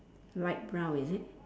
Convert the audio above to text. light brown is it